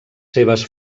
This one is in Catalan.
seves